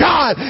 God